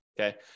Okay